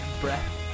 breath